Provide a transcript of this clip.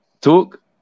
talk